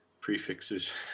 prefixes